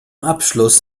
abschluss